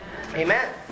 amen